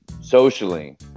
socially